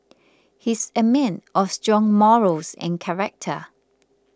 he's a man of strong morals and character